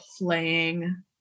playing